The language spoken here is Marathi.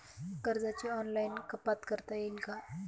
कर्जाची ऑनलाईन कपात करता येईल का?